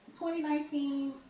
2019